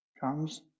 comes